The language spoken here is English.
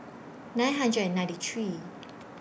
nine hundred and ninety three